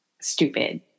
stupid